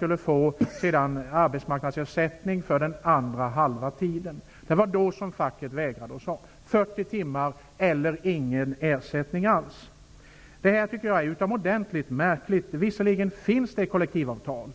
under förutsättning att han fick arbetsmarknadsersättning för den resterande halvtiden. Detta förvägrade man honom från fackets sida. Man sade: 40 timmar eller ingen ersättning alls. Detta tycker jag är utomordentligt märkligt. Visserligen finns det kollektivavtal.